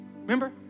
Remember